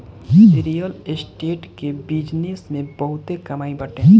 real estate के business में बहुते कमाई बाटे